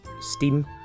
Steam